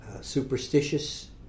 superstitious